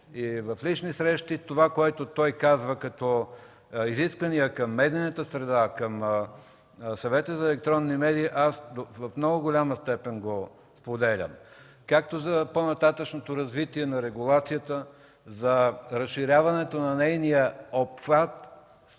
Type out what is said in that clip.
и в лични срещи –това, което той каза като изисквания към медийната среда, към Съвета за електронни медии, аз споделям до много голяма степен, както за по-нататъшното развитие на регулацията за разширяването на нейния обхват,